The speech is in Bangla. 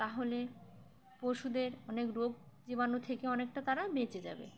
তাহলে পশুদের অনেক রোগ জীবাণু থেকে অনেকটা তারা বেঁচে যাবে